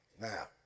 Now